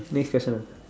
next question ah